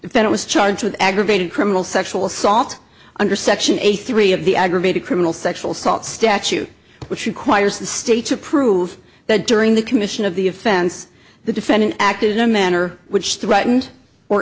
if it was charged with aggravated criminal sexual assault under section eighty three of the aggravated criminal sexual assault statute which requires the state to prove that during the commission of the offense the defendant acted in a manner which threatened or